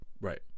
Right